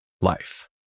life